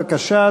בבקשה,